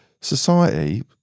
society